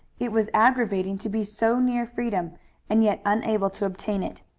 it was aggravating to be so near freedom and yet unable to obtain it.